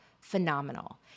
phenomenal